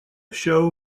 show